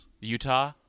Utah